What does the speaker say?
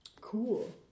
cool